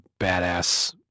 badass